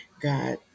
God